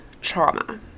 trauma